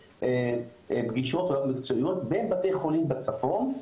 פגישות רב מקצועיות בבתי חולים בצפון,